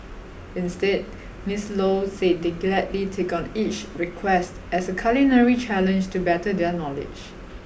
instead Miss Low said they gladly take on each request as a culinary challenge to better their knowledge